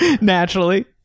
Naturally